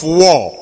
war